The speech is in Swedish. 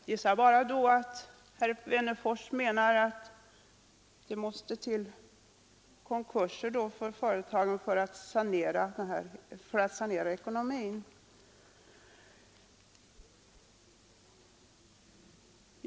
Jag gissar att herr Wennerfors med detta menar att det blir nödvändigt att en del företag gör konkurs för att sanera ekonomin.